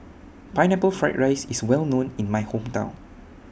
Pineapple Fried Rice IS Well known in My Hometown